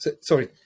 sorry